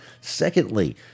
Secondly